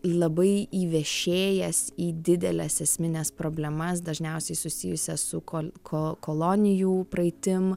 labai įvešėjęs į dideles esmines problemas dažniausiai susijusias su kol ko kolonijų praeitim